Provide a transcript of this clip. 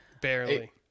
Barely